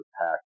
pack